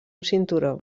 cinturó